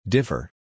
Differ